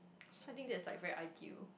something that is like very ideal